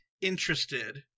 interested